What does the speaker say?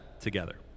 together